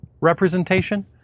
representation